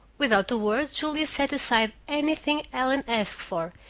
without a word julia set aside anything ellen asked for,